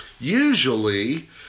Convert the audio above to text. Usually